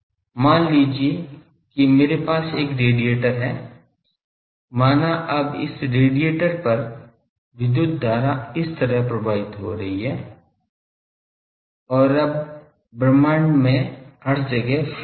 मान लीजिए कि मेरे पास एक रेडिएटर है माना अब इस रेडिएटर पर विद्युत धारा इस तरह प्रवाहित हो रही है और अब ब्रह्मांड में हर जगह फ़ील्ड हैं